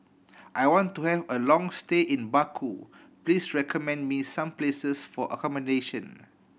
I want to have a long stay in Baku please recommend me some places for accommodation